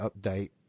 update